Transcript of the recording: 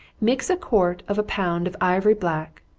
mix a quarter of a pound of ivory black,